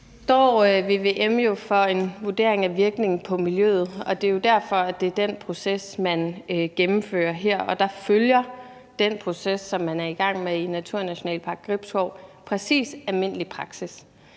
vvm jo for vurdering af virkninger på miljøet, og det er derfor, at det er den proces, man gennemfører her, og der følger den proces, som man er i gang med i Naturnationalpark Gribskov præcis almindelig praksis.